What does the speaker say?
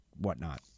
whatnot